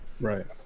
Right